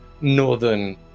northern